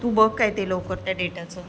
तू बघ काय ते लवकर त्या डेटाचं